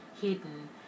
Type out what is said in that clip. hidden